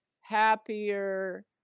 happier